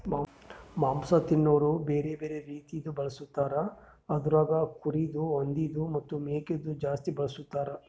ಮಾಂಸ ತಿನೋರು ಬ್ಯಾರೆ ಬ್ಯಾರೆ ರೀತಿದು ಬಳಸ್ತಾರ್ ಅದುರಾಗ್ ಕುರಿದು, ಹಂದಿದು ಮತ್ತ್ ಮೇಕೆದು ಜಾಸ್ತಿ ಬಳಸ್ತಾರ್